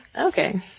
Okay